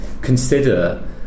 Consider